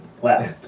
Wow